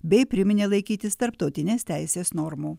bei priminė laikytis tarptautinės teisės normų